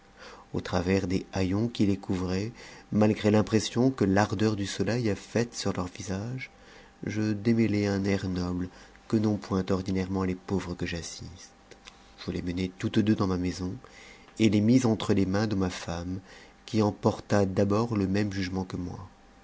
au travers des haillons qui les couvraient malgré l'impression que l'ardeur du soleil a faite sur leur visage je démêlai un air nome que n'ont point ordinairement les pauvres ue j'assiste je les menai toutes deux dans ma maison et les mis entre les mains de ma femme qui en porta d'abord le même jugement que moi